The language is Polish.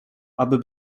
aby